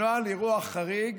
נוהל אירוע חריג